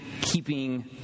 keeping